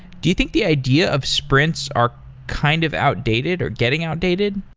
do you think the idea of sprints are kind of outdated or getting outdated?